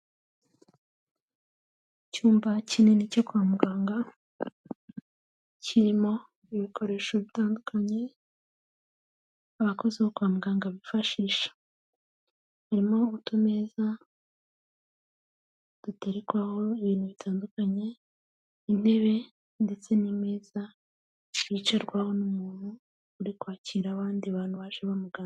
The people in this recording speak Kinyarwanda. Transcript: Icyumba kinini cyo kwa muganga, kirimo ibikoresho bitandukanye, abakozi bo kwa muganga bifashisha, harimo utumeza duterekwaho ibintu bitandukanye, intebe ndetse n'imeza yicarwaho n'umuntu uri kwakira abandi bantu baje bamugana.